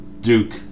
Duke